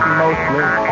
mostly